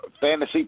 fantasy